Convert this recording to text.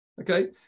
Okay